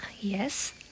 yes